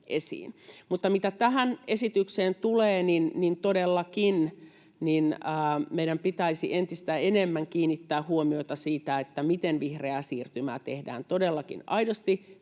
mitä tähän esitykseen tulee, niin todellakin meidän pitäisi entistä enemmän kiinnittää huomiota siihen, miten vihreää siirtymää tehdään todellakin aidosti